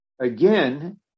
Again